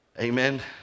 Amen